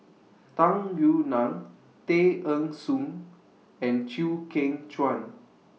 Tung Yue Nang Tay Eng Soon and Chew Kheng Chuan